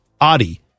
Adi